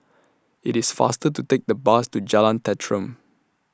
IT IS faster to Take The Bus to Jalan Tenteram